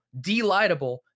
delightable